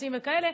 טקסים וכאלה.